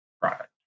product